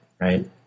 right